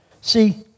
See